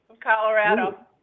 Colorado